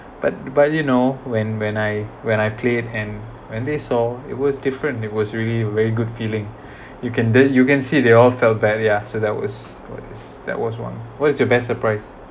but but you know when when I when I played and and they saw it was different and it was really very good feeling you can then you can see they all felt bad yeah so that was that was one what is the best surprise